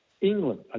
England